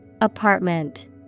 Apartment